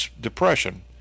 depression